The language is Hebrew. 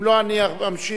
אם לא, אני אמשיך.